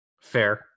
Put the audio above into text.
Fair